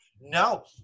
No